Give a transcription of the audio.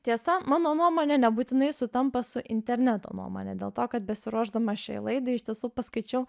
tiesa mano nuomonė nebūtinai sutampa su interneto nuomone dėl to kad besiruošdama šiai laidai iš tiesų paskaičiau